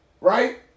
Right